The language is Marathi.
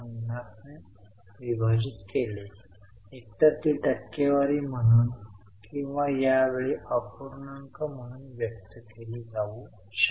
50 ने विभाजित केले एकतर ती टक्केवारी म्हणून किंवा या वेळी अपूर्णांक म्हणून व्यक्त केली जाऊ शकते